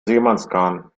seemannsgarn